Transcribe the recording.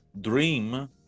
dream